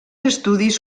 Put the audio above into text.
estudis